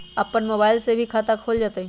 अपन मोबाइल से भी खाता खोल जताईं?